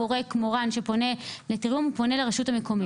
הורה כמו רן שפונה לתיאום פונה לרשות המקומית.